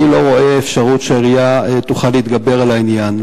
אני לא רואה אפשרות שהעירייה תוכל להתגבר על העניין.